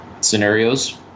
scenarios